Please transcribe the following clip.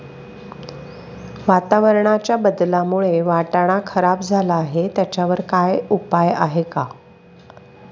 वातावरणाच्या बदलामुळे वाटाणा खराब झाला आहे त्याच्यावर काय उपाय आहे का?